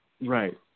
Right